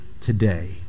today